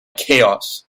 chaos